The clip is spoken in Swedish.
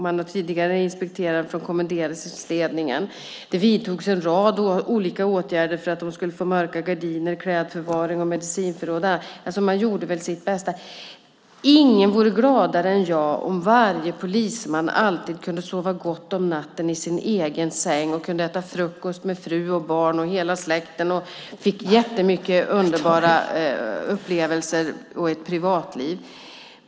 Man hade tidigare inspekterat och kommenterat städningen. Det vidtogs en rad olika åtgärder för att poliserna skulle få mörka gardiner, klädförvaring och medicinförråd. Man gjorde väl sitt bästa. Ingen vore gladare än jag om varje polisman alltid kunde sova gott om natten i sin egen säng, äta frukost med fru och barn och hela släkten och fick massor av underbara upplevelser och ett privatliv.